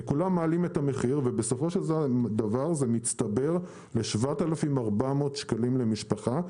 כולם מעלים את המחיר ובסופו של דבר זה מצטבר ל-7,400 שקלים למשפחה.